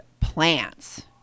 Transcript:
plants